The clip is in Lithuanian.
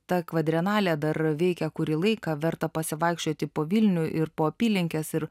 ta kvadrenalė dar veikia kurį laiką verta pasivaikščioti po vilnių ir po apylinkes ir